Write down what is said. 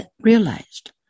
realized